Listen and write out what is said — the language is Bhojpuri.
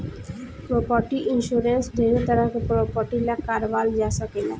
प्रॉपर्टी इंश्योरेंस ढेरे तरह के प्रॉपर्टी ला कारवाल जा सकेला